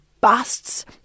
busts